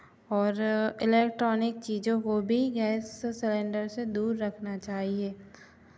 और इलेक्ट्रॉनिक चीज़ों को भी गैस सिलेंडर से दूर रखना चाहिए